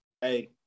Hey